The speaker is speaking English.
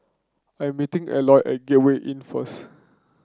I'm meeting Eloy at Gateway Inn first